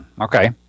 Okay